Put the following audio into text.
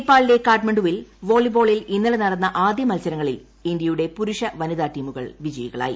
നേപ്പാളിലെ കാഠ്മണ്ഡുവിൽ വോളിബോളിൽ ഇന്നലെ നടന്ന ആദ്യ മത്സരങ്ങളിൽ ഇന്ത്യയുടെ പുരുഷ വനിതാ ടീമുകൾ വിജയികളായി